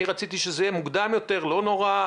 אני רציתי שזה יהיה מוקדם יותר, לא נורא.